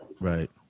Right